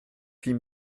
huit